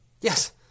Yes